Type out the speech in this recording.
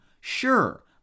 Sure